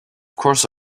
course